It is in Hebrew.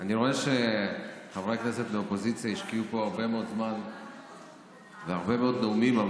אני רואה שחברי הכנסת מהאופוזיציה השקיעו הרבה זמן והרבה מאוד נאומים,